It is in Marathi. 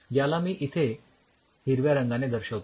याला मी इथे हिरव्या रंगाने दाखवतो